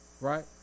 right